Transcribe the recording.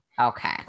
Okay